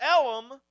Elam